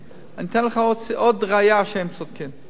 אני אתן לך עוד ראיה שהם צודקים, עוד הוכחה: